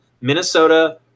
Minnesota